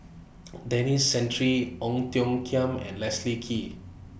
Denis Santry Ong Tiong Khiam and Leslie Kee